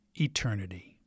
eternity